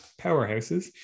powerhouses